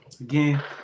again